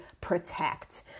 protect